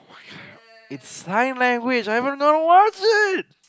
it's sign language I don't know what's it